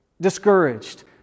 discouraged